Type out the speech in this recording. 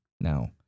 now